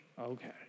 Okay